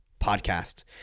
podcast